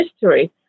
history